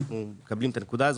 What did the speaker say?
אנחנו מקבלים את הנקודה הזאת,